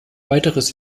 weiteres